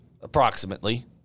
Approximately